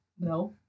No